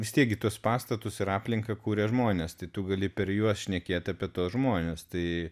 vis tiek gi tuos pastatus ir aplinką kuria žmonės tai tu gali per juos šnekėti apie tuos žmones tai